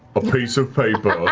a piece of paper,